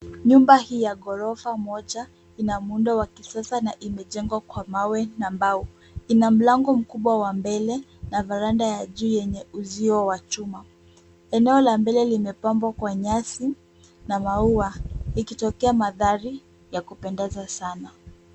Nyumba hii ya ghorofa moja, ina muundo wa kisasa na imejengwa kwa mawe na mbao. Ina mlango mkubwa wa mbele, na veranda ya juu yenye uzio wa chuma. Eneo la mbele limepambwa kwa nyasi na maua. Likitokea mandhari ya kupendeza sana.